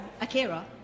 Akira